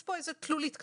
אז פה איזה תלולית קטנה,